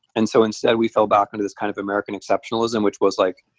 and so instead we fell back into this kind of american exceptionalism, which was like,